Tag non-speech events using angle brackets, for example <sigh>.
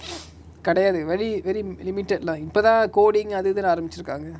<breath> கெடயாது:kedayaathu very very limited lah இப்பதா:ippatha coding அது இதுனு ஆரம்பிச்சிருக்காங்க:athu ithunu aarambichirukaanga